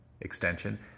extension